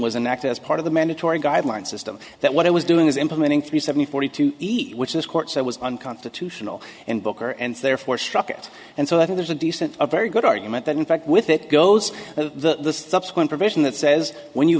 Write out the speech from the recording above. was an act as part of the mandatory guideline system that what it was doing is implementing three seventy forty two eat which this court said was unconstitutional and booker and therefore struck it and so i think there's a decent a very good argument that in fact with it goes the subsequent provision that says when you